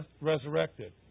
resurrected